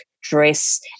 dress